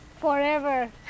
Forever